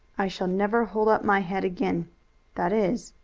i shall never hold up my head again that is,